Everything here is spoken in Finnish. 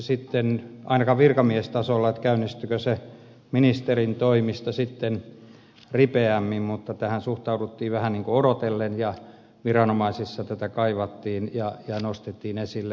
en tiedä käynnistyikö se ministerin toimesta sitten ripeämmin mutta tähän suhtauduttiin vähän niin kuin odotellen ja viranomaisissa tätä kaivattiin ja nostettiin esille